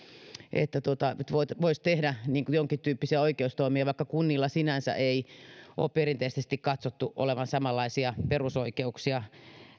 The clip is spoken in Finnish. että voitaisiin tehdä jonkintyyppisiä oikeustoimia vaikka kunnilla sinänsä ei ole perinteisesti katsottu olevan samanlaisia perusoikeuksia